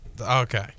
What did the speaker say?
okay